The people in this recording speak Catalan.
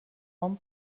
hom